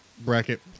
Bracket